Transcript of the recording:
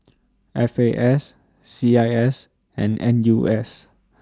F A S C I S and N U S